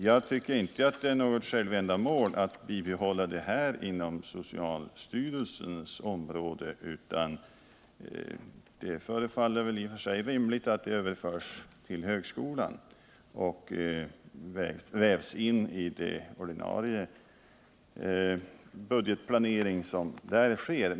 Jag tycker inte att det är något självändamål att bibehålla den här försöksverksamheten inom socialstyrelsens område, utan det förefaller i och för sig rimligt att den överförs till högskolan och vävs in i den ordinarie budgetplanering som där sker.